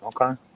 okay